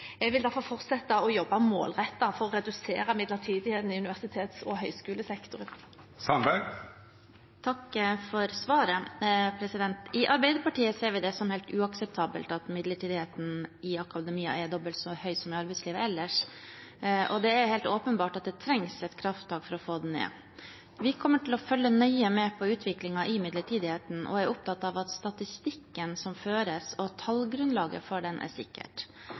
Jeg vil derfor fortsette å jobbe målrettet for å redusere midlertidigheten i universitets- og høyskolesektoren. Takk for svaret. I Arbeiderpartiet ser vi det som helt uakseptabelt at midlertidigheten i akademia er dobbelt så høy som i arbeidslivet ellers. Det er helt åpenbart at det trengs et krafttak for å få den ned. Vi kommer til å følge nøye med på utviklingen i midlertidigheten, og jeg er opptatt av statistikken som føres, og at tallgrunnlaget for den er sikkert.